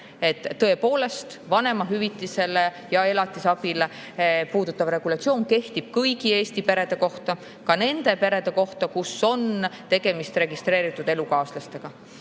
Tõepoolest, vanemahüvitist ja elatisabi puudutav regulatsioon kehtib kõigi Eesti perede kohta, ka nende perede kohta, kus on tegemist registreeritud elukaaslastega. Kui